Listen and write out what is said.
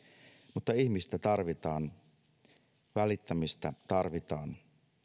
mutta ihmistä tarvitaan välittämistä tarvitaan